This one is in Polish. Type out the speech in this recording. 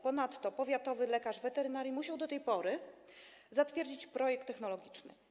Ponadto powiatowy lekarz weterynarii musiał do tej pory zatwierdzić projekt technologiczny.